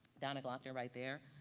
donna gloeckner right there.